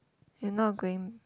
you not going